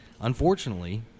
unfortunately